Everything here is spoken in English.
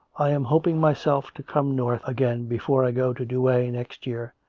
i am hoping myself to come north again before i go to douay next year,